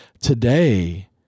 today